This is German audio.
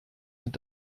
sind